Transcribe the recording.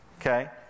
Okay